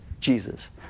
Jesus